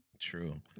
True